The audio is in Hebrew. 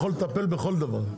היא יכולה לטפל בכל דבר.